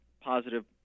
positive